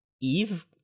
eve